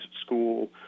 school